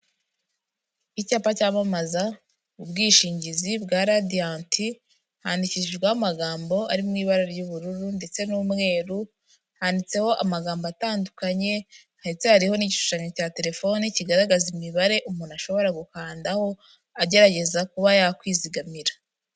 Icyapa cyamamaza ubwishingizi bwa Radiyanti, handikishijweho amagambo ari mu ibara ry'ubururu ndetse n'umweru, handitseho amagambo atandukanye ndetse hariho n'igishushanyo cya telefone, kigaragaza imibare umuntu ashobora gukandaho, agerageza kuba yakwizigamira.